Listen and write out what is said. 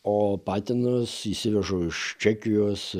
o patinus įsivežu iš čekijos